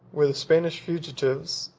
where the spanish fugitives,